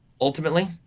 Ultimately